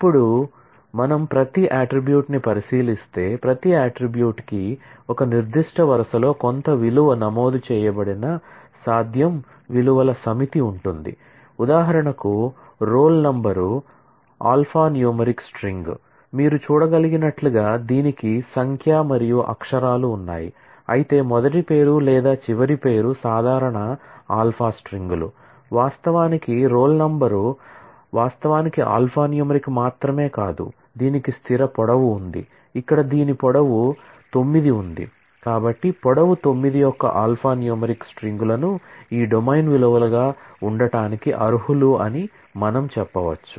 ఇప్పుడు మనము ప్రతి అట్ట్రిబ్యూట్ లును ఈ డొమైన్ విలువలుగా ఉండటానికి అర్హులు అని మనము చెప్పవచ్చు